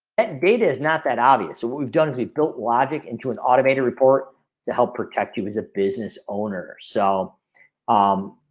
that bait is not that obvious. so what we've done is we built logic into an automated report to help protect you as a business owner so um.